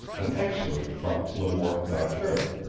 an excerpt from le morte d'arthur.